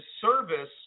service